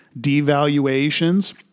devaluations